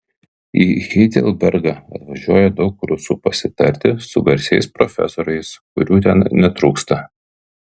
į heidelbergą atvažiuoja daug rusų pasitarti su garsiais profesoriais kurių ten netrūksta